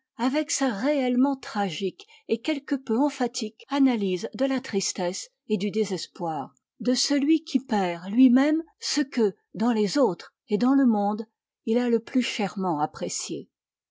avec sa réellement tragique et quelque peu emphatique analyse de la tristesse et du désespoir de celui qui perd lui-même ce que dans les autres et dans le monde il a le plus chèrement apprécié